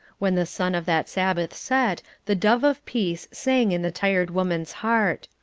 when the sun of that sabbath set, the dove of peace sang in the tired woman's heart.